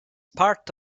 part